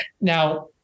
Now